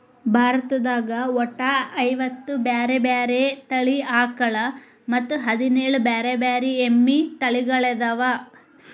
ಭಾರತದಾಗ ಒಟ್ಟ ಐವತ್ತ ಬ್ಯಾರೆ ಬ್ಯಾರೆ ತಳಿ ಆಕಳ ಮತ್ತ್ ಹದಿನೇಳ್ ಬ್ಯಾರೆ ಬ್ಯಾರೆ ಎಮ್ಮಿ ತಳಿಗೊಳ್ಅದಾವ